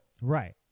right